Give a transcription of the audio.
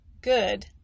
good